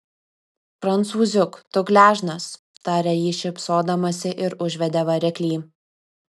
prancūziuk tu gležnas tarė ji šypsodamasi ir užvedė variklį